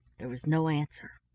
there was no answer.